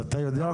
יחד איתי נמצאים